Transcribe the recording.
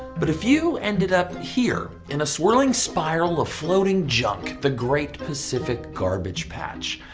but a few ended up here, in a swirling spiral of floating junk the great pacific garbage patch.